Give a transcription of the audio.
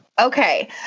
Okay